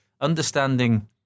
understanding